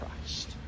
Christ